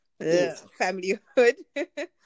Familyhood